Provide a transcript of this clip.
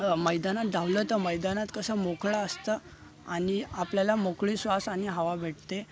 मैदानात धावलो तर मैदानात कसं मोकळं असतं आणि आपल्याला मोकळी श्वास आणि हवा भेटते